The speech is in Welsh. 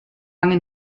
angen